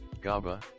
GABA